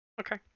Okay